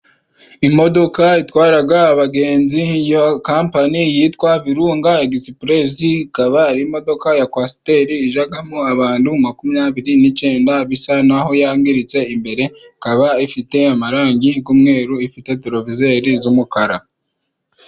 Imodoka itwara abagenzi. Iyo kampany yitwa virunga expres. Ikaba ari imodoka ya coaster ijyamo abantu makumyabiri nicyenda. Bisa naho yangiritse imbere. Ikaba ifite amarangi y'umweru ifite droviseri z'umukara.